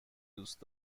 دوست